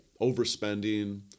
overspending